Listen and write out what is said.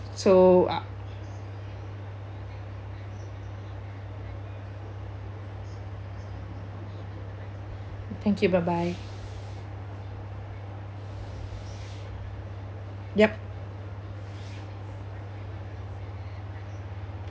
so uh thank you bye bye yup